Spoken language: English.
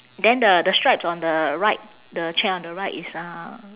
then the the stripes on the right the chair on the right it's uh